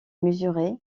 mesurée